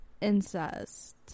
incest